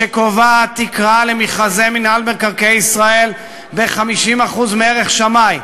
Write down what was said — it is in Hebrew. שקובעת תקרה למכרזי מינהל מקרקעי ישראל ב-50% מערך שמאי?